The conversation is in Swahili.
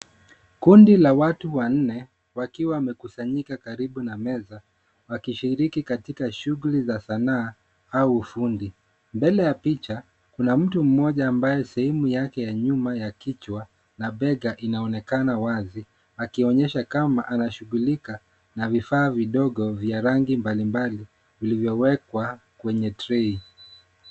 Kundi la watu wanne wakiwa wamekusanyika karibu na meza wakishiriki katika shughuli za sanaa au ufundi. Mbele ya picha, kuna mtu mmoja ambaye sehemu yake ya nyuma ya kichwa na bega inaonekana wazi, akionyesha kama anashughulika na vifaa vidogo vya rangi mbali mbali vilivyowekwa kwenye trei.